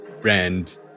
brand